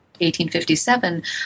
1857